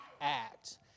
act